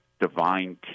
divine